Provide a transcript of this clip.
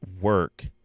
work